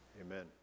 Amen